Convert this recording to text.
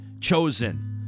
chosen